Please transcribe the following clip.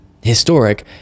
historic